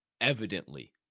evidently